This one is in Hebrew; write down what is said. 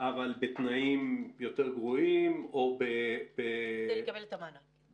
אבל בתנאים יותר גרועים או --- כדי לקבל את המענק.